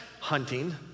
hunting